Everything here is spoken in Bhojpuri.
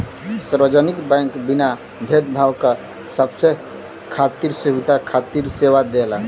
सार्वजनिक बैंक बिना भेद भाव क सबके खातिर सुविधा खातिर सेवा देला